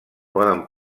poden